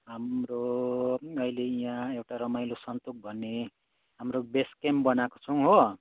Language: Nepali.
हाम्रो अहिले यहाँ एउटा रमाइलो सन्तुक भन्ने हाम्रो बेस केम्प बनाएको छौँ हो